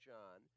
John